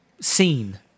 scene